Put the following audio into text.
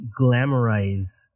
glamorize